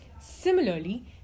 Similarly